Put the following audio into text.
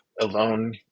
alone